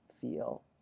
feel